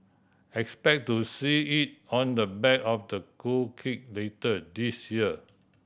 expect to see it on the back of the cool kid later this year